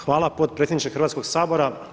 Hvala potpredsjedniče Hrvatskoga sabora.